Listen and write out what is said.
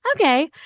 okay